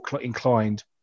inclined